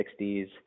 60s